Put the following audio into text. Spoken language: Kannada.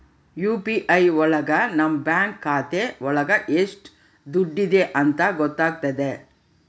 ಯು.ಪಿ.ಐ ಒಳಗ ನಮ್ ಬ್ಯಾಂಕ್ ಖಾತೆ ಒಳಗ ಎಷ್ಟ್ ದುಡ್ಡಿದೆ ಅಂತ ಗೊತ್ತಾಗ್ತದೆ